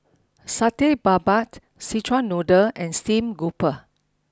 Satay Babat Szechuan noodle and Steamed Grouper